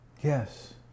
Yes